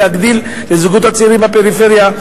להגדיל לזוגות הצעירים בפריפריה,